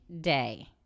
day